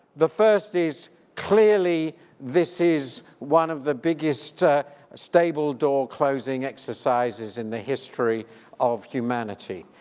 the first is clearly this is one of the biggest stable door closing exercises in the history of humanity